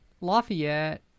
Lafayette